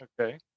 okay